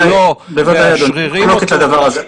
אנחנו לא מאשררים אותו.